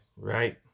right